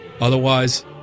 Otherwise